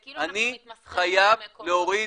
זה כאילו אתם מתמסחרים במקומות.